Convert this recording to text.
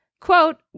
Quote